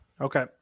Okay